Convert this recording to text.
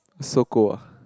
Sogou ah